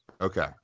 Okay